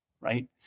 right